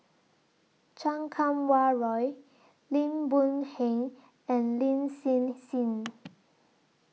Chan Kum Wah Roy Lim Boon Heng and Lin Hsin Hsin